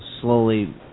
slowly